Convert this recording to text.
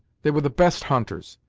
they were the best hunters,